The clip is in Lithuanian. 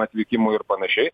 atvykimui ir panašiai